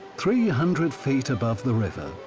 three hundred feet above the river,